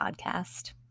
podcast